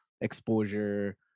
exposure